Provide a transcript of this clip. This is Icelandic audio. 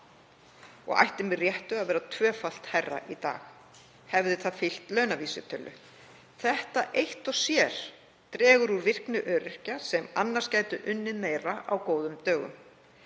og ætti með réttu að vera tvöfalt hærra í dag, hefði það fylgt launavísitölu. Þetta eitt og sér dregur úr virkni öryrkja sem annars gætu unnið meira á góðum dögum.